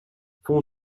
font